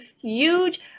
huge